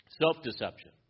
self-deception